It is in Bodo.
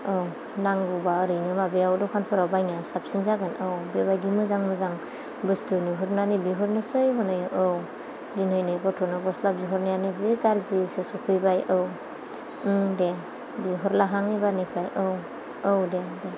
औ नांगौबा ओरैनो माबायाव दखानफोराव बायनाया साबसिन जागोन औ बेबायदि मोजां मोजां बुस्थु नुहुरनानै बिहरनोसै हनै औ दिनैनो गथ'नो गस्ला बिहरनायानो जि गाज्रिसो सफैबाय औ दे औ बिहरलाहां एबारनिफ्राय औ औ औ दे